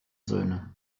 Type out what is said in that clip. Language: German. söhne